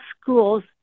schools